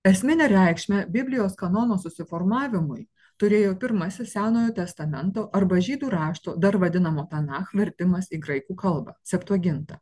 esminę reikšmę biblijos kanono susiformavimui turėjo pirmasis senojo testamento arba žydų rašto dar vadinamo tanah vertimas į graikų kalbą septuaginta